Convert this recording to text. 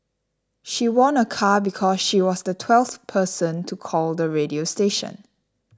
she won a car because she was the twelfth person to call the radio station